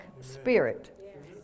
spirit